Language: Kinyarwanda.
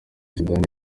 zidane